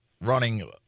running